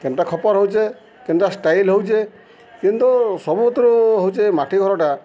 କେନ୍ଟା ଖପର୍ ହଉଚେ କେନ୍ଟା ଷ୍ଟାଇଲ୍ ହଉଚେ କିନ୍ତୁ ସବୁଥିରୁ ହଉଚେ ମାଟି ଘରଟା